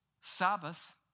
Sabbath